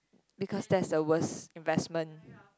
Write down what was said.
because that's the worst investment